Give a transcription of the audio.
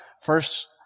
First